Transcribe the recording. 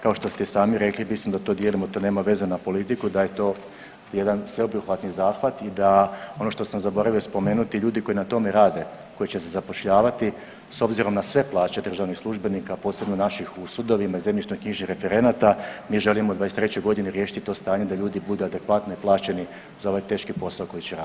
Kao što ste i sami rekli mislim da to dijelimo to nema veze na politiku da je to jedan sveobuhvatni zahvat i da ono što sam zaboravio spomenuti ljudi koji na tome rade, koji će se zapošljavati s obzirom na sve plaće državnih službenika posebno naših u sudovima i zemljišnoknjižnih referenata mi želimo '23. godine riješiti to stanje da ljudi budu adekvatno plaćeni za ovaj teški posao koji će raditi.